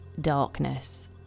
darkness